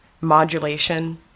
modulation